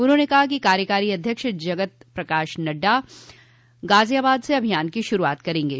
उन्होंने कहा कि कार्यकारी अध्यक्ष जगत प्रकाश नड्ढ़ा गाजियाबाद से अभियान की शुरूआत करेंगे